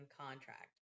contract